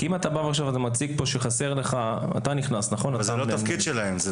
כי אם אתה ומציג פה שחסר לך --- זה לא התפקיד שלהם.